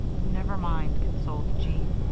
never mind, consoled jean.